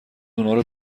اونارو